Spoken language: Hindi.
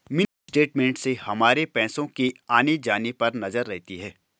मिनी स्टेटमेंट से हमारे पैसो के आने जाने पर नजर रहती है